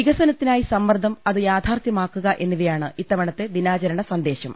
വികസനത്തിനായി സമ്മർദ്ദം അത് യാഥാർത്ഥ്യമാക്കുക എന്നി വയാണ് ഇത്തവണത്തെ ദിനാചരണ സന്ദേശം